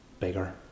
bigger